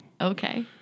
Okay